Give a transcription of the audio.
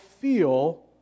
feel